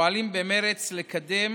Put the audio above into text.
ופועלים במרץ לקדם